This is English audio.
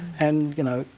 and, you know,